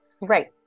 right